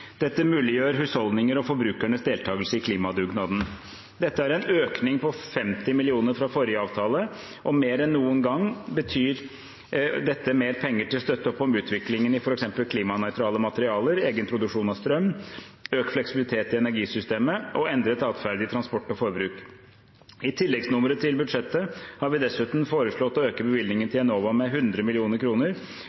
Dette muliggjør husholdninger og forbrukeres deltakelse i klimadugnaden. Det er en økning på 50 mill. kr fra forrige avtale, og mer enn noen gang betyr dette mer penger til å støtte opp om utviklingen i f.eks. klimanøytrale materialer, egenproduksjon av strøm, økt fleksibilitet i energisystemet og endret atferd i transport og forbruk. I tilleggsnummeret til budsjettet har vi dessuten foreslått å øke bevilgningen